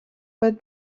but